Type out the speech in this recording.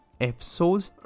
episode